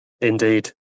indeed